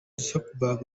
zuckerberg